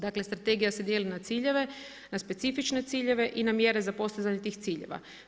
Dakle, strategija se dijeli na ciljeve, na specifične ciljeve i na mjere za postizanje tih ciljeva.